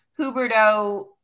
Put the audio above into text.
Huberto